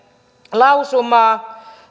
lausumaa